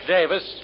Davis